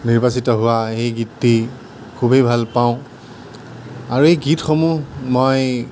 নিৰ্বাচিত হোৱা এই গীতটি খুবেই ভাল পাওঁ আৰু এই গীতসমূহ মই